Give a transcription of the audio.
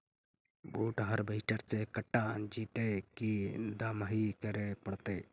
बुट हारबेसटर से कटा जितै कि दमाहि करे पडतै?